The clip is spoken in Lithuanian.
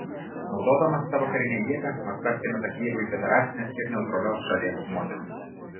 naudodama savo karinę jėgą maskva primeta kijevui federacinės ir neutralios šalies modelį